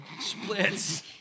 splits